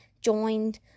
joined